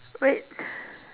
wait